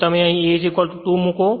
જો તમે અહી A2 મૂકો